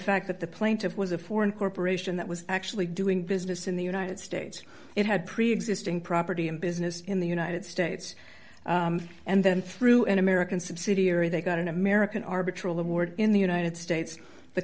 fact that the plaintiff was a foreign corporation that was actually doing business in the united states it had preexisting property and business in the united states and then through an american subsidiary they got an american arbitral award in the united states the